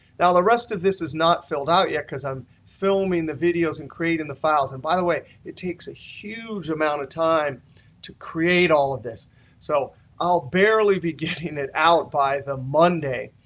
now the rest of this is not filled out yet because i'm filming the videos and creating and the files. and by the way, it takes a huge amount of time to create all of this so i'll barely be getting it out by the monday.